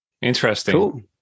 Interesting